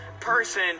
person